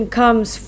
comes